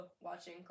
watching